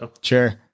Sure